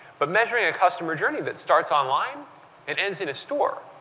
but measure ing a customer journey that starts online and ends in a store,